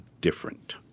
different